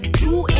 two